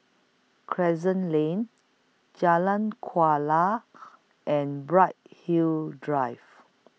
Crescent Lane Jalan Kuala and Bright Hill Drive